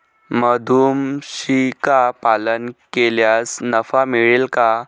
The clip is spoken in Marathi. मधुमक्षिका पालन केल्यास नफा मिळेल का?